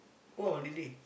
go holiday